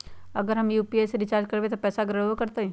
अगर हम यू.पी.आई से रिचार्ज करबै त पैसा गड़बड़ाई वो करतई?